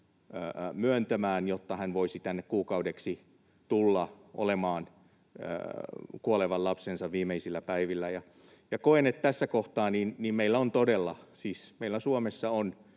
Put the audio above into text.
myöntämään, jotta hän voisi tänne kuukaudeksi tulla olemaan kuolevan lapsensa viimeisinä päivinä. Ja koen, että tässä kohtaa meillä Suomessa on